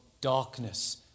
darkness